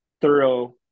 thorough